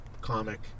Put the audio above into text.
comic